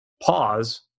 pause